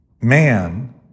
man